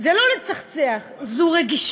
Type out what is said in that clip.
זה לא לצחצח, זו רגישות.